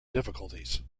difficulties